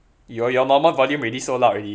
your your normal volume already so loud already